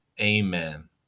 Amen